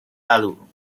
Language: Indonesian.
lalu